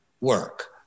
work